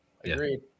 Agreed